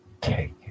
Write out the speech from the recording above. Take